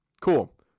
Cool